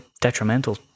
detrimental